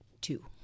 two